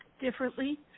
differently